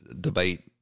debate